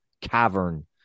cavern